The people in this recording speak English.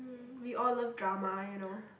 we all love drama you kow